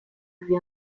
lui